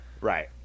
Right